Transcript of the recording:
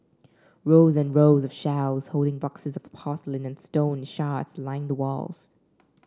rows and rows of shelves holding boxes of porcelain and stone shards line the walls